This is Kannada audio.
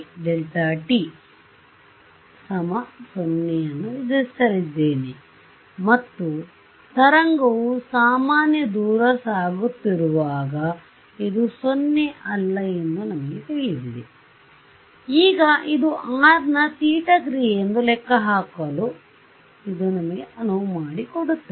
∂E∂t ಒಟ್ಟು0 ಅನ್ನು ವಿಧಿಸಲಿದ್ದೇನೆ ಮತ್ತು ತರಂಗವು ಸಾಮಾನ್ಯ ದೂರ ಸಾಗುತ್ತಿರುವಾಗ ಇದು 0 ಅಲ್ಲ ಎಂದು ನಮಗೆ ತಿಳಿದಿದೆ ಆದ್ದರಿಂದ ಈಗ ಇದು R ನ θ ಕ್ರಿಯೆಯೆಂದು ಲೆಕ್ಕಹಾಕಲು ಇದು ನಮಗೆ ಅನುವು ಮಾಡಿಕೊಡುತ್ತದೆ